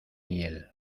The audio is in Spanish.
hiel